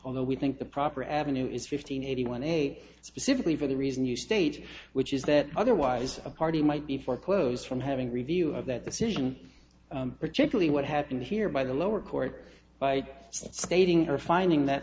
although we think the proper avenue is fifteen eighteen one eight specifically for the reason you state which is that otherwise a party might be foreclosed from having a review of that decision particularly what happened here by the lower court by stating her finding that